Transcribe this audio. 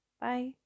Bye